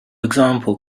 example